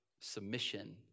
submission